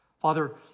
Father